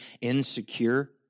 insecure